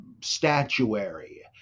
statuary